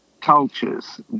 cultures